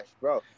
bro